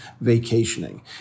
vacationing